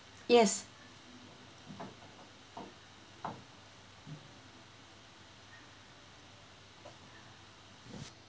yes